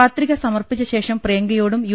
പത്രിക സമർപ്പിച്ച ശേഷം പ്രിയങ്കയോടും യു